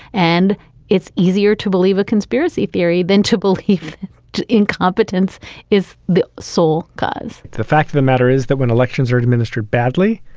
and it's easier to believe a conspiracy theory than to build to incompetence is the sole cause the fact of the matter is that when elections are administered badly,